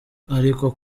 ariko